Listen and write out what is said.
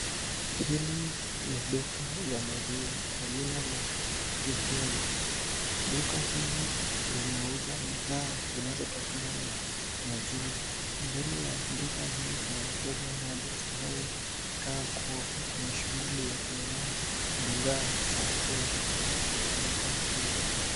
Hili ni duka ya maziwa kwa jina la Kieni. Duka hili linauza bidhaa zinazotokana na maziwa. Mbele ya duka hili kuna mteja mmoja ambaye anakaa kuwa akona shughuli ya kununua bidhaa za maziwa katika duka hili.